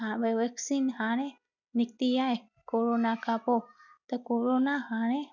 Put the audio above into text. vaccine हाणे निकिती आहे कोरोना खां पोइ त कोरोना हाणे